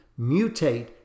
mutate